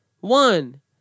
One